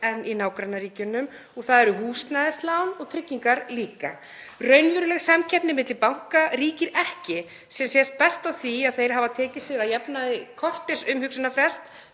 en í nágrannaríkjunum og það eru húsnæðislán og tryggingar líka. Raunveruleg samkeppni milli banka ríkir ekki sem sést best á því að þeir hafa að jafnaði tekið sér korters umhugsunarfrest